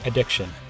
Addiction